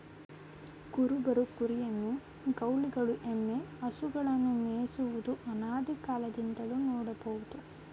ಕುರುಬರು ಕುರಿಯನ್ನು, ಗೌಳಿಗಳು ಎಮ್ಮೆ, ಹಸುಗಳನ್ನು ಮೇಯಿಸುವುದು ಅನಾದಿಕಾಲದಿಂದಲೂ ನೋಡ್ಬೋದು